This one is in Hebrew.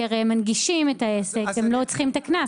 הם הרי מנגישים את העסק והם לא יקבלו את הקנס.